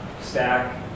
stack